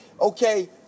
okay